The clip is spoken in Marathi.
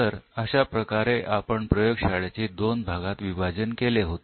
तर अशाप्रकारे आपण प्रयोग शाळेचे दोन भागात विभाजन केले होते